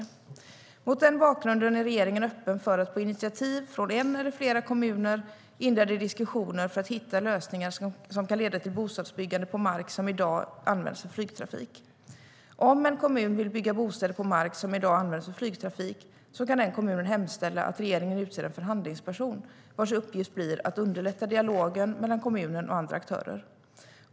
Om en kommun vill bygga bostäder på mark som i dag används för flygtrafik kan den kommunen hemställa att regeringen utser en förhandlingsperson, vars uppgift blir att underlätta dialogen mellan kommunen och andra aktörer.